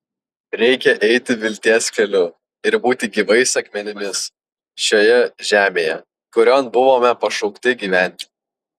reikia eiti vilties keliu ir būti gyvais akmenimis šioje žemėje kurion buvome pašaukti gyventi